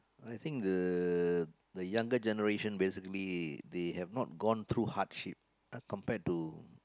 I think the younger generation basically they have not gone through hardship ah compared to